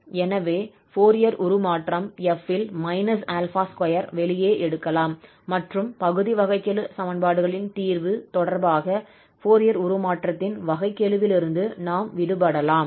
எனவே ஃபோரியர் உருமாற்றம் f ல் −𝛼2 வெளியே எடுக்கலாம் மற்றும் பகுதி வகைக்கெழு சமன்பாடுகளின் தீர்வு தொடர்பாக ஃபோரியர் உருமாற்றத்தின் வகைக்கெழுவிலிருந்து நாம் விடுபடலாம்